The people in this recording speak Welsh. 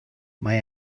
mae